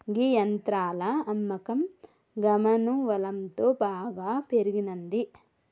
గీ యంత్రాల అమ్మకం గమగువలంతో బాగా పెరిగినంది